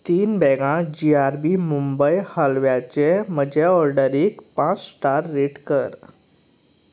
तीन बॅगां G R B Mumbai हालव्याचे म्हजे ऑर्डरीक पांच स्टार्स रेट कर